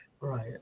Right